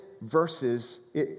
verses